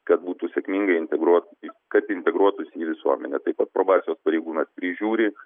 kad būtų sėkmingai integruot kad integruotųsi į visuomenę taip pat probacijos pareigūnas prižiūri